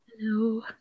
Hello